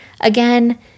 Again